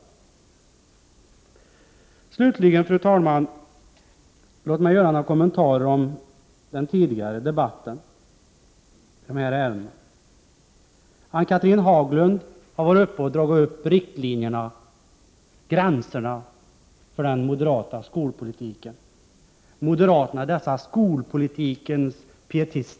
Låt mig slutligen, fru talman, göra några kommentarer till den tidigare debatten i ärendet. Ann-Cathrine Haglund har dragit upp riktlinjerna, gränserna, för den moderata skolpolitiken.